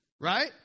right